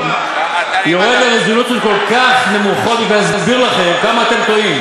אני יורד לרזולוציות כל כך נמוכות בשביל להסביר לכם כמה אתם טועים,